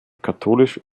katholisch